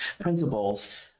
principles